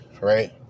Right